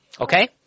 Okay